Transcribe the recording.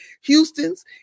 Houston's